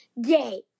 day